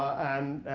and